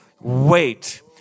wait